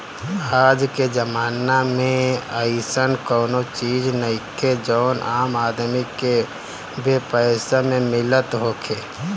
आजके जमाना में अइसन कवनो चीज नइखे जवन आम आदमी के बेपैसा में मिलत होखे